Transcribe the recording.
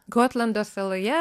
gotlando saloje